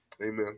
Amen